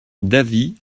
davy